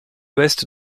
ouest